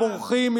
פחות מאשר פעם.